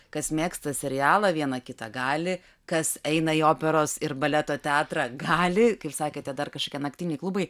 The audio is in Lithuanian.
kas mėgsta serialą vieną kitą gali kas eina į operos ir baleto teatrą gali kaip sakėte dar kažkokie naktiniai klubai